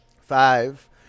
Five